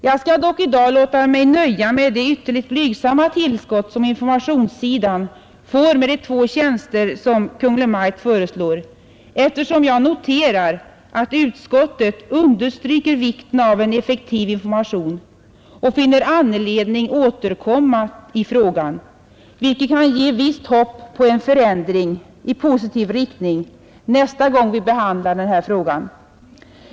Jag skall dock i dag låta mig nöja med det ytterligt blygsamma tillskott som informationssidan får med de två tjänster som Kungl. Maj:t föreslår, eftersom jag noterar att utskottet understryker vikten av en effektiv information och finner anledning återkomma i frågan, vilket kan ge ett visst hopp om en förändring i positiv riktning nästa gång vi behandlar ärendet.